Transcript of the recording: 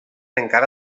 encara